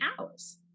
hours